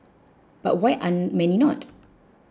but why are many not